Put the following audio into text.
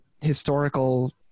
historical